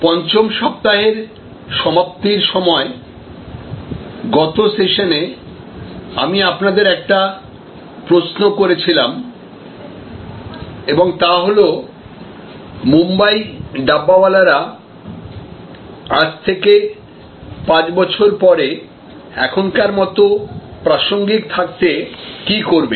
৫ ম সপ্তাহের সমাপ্তির সময় গত সেশানে আমি আপনাদের একটি প্রশ্ন করেছিলাম এবং তা হল মুম্বই ডাব্বাওয়ালারা আজ থেকে পাচ বছরপরে এখনকার মতো প্রাসঙ্গিক থাকতে কী করবে